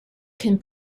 can